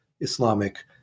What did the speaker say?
Islamic